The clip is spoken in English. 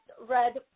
red